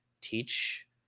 teach